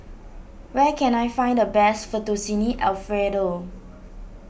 where can I find the best Fettuccine Alfredo